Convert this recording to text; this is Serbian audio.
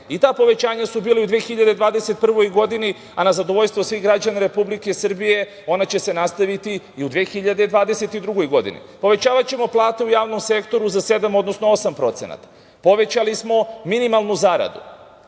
I ta povećanja su bila i u 2021. godini, a na zadovoljstvo svih građana Republike Srbije, ona će se nastaviti i u 2022. godini. Povećavaćemo plate u javnom sektoru za 7%, odnosno 8%. Povećali smo minimalnu zaradu.